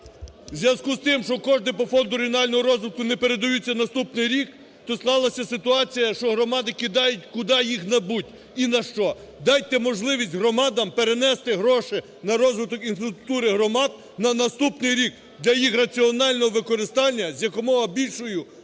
у зв'язку з тим, що кошти по фонду регіонального розвитку не передаються в наступний рік, то склалася ситуація, що громади кидають, куди їх небудь і на що. Дайте можливість громадам перенести гроші на розвиток інфраструктури громад на наступний рік для їх раціонального використання з якомога більшою